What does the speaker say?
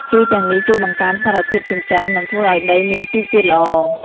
ជីទាំងនេះជួយបង្កើនសារធាតុចិញ្ចឹម និងធ្វើឲ្យដីមានជីជាតិល្អ។